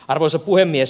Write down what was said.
arvoisa puhemies